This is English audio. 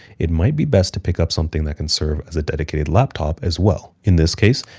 it might be best to pick up something that can serve as a dedicated laptop as well. in this case,